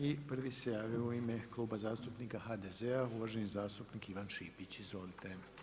I prvi se javio u ime Kluba zastupnika HDZ-a uvaženi zastupnik Ivan Šipić, izvolite.